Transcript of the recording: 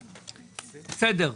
בסדר.